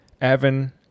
evan